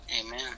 Amen